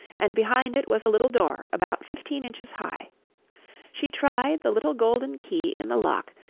and behind it was a little door about fifteen inches high she tried the little golden key in the lock,